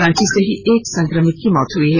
रांची से ही एक संक्रमित की मौत हो गयी